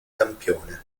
campione